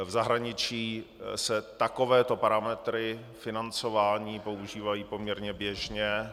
V zahraničí se takovéto parametry financování používají poměrně běžně.